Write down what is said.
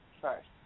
first